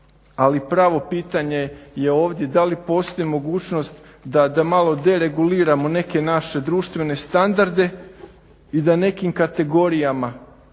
ali pravo pitanje je ovdje da li postoji mogućnost da malo dereguliramo neke naše društvene standarde i da nekim kategorijama